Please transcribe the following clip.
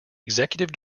executive